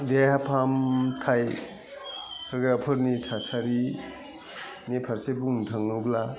देहा फाहामथाइ होग्राफोरनि थासारिनि फारसे बुंनो थाङोब्ला